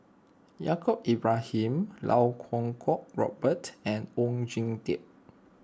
Yaacob Ibrahim Iau Kuo Kwong Robert and Oon Jin Teik